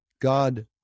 God